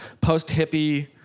post-hippie